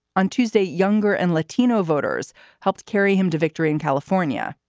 on tuesday, younger and latino voters helped carry him to victory in california,